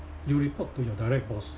you report to your direct boss